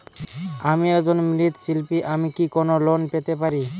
আমি একজন মৃৎ শিল্পী আমি কি কোন লোন পেতে পারি?